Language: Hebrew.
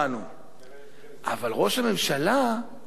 אבל ראש הממשלה גם מתעסק,